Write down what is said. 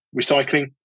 recycling